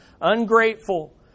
ungrateful